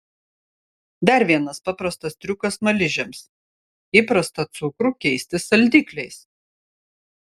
dar vienas paprastas triukas smaližiams įprastą cukrų keisti saldikliais